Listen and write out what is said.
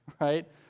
right